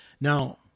Now